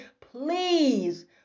please